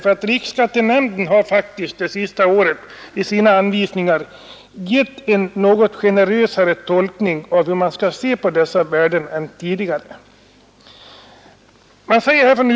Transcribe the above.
Riksskattenämnden har faktiskt det senaste året i sina anvisningar gett en något generösare tolkning än tidigare av hur man skall bedöma frågan om värdet av ”fritt bränsle”.